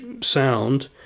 sound